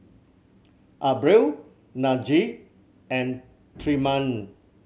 Abril Najee and Tremaine